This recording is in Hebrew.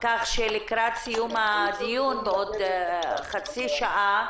כך שעד סיום הדיון, בעוד חצי שעה,